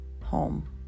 home